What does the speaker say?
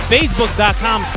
Facebook.com